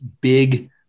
big